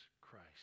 Christ